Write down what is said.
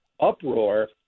uproar